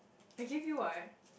I give you what